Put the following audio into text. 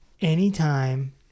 anytime